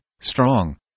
strong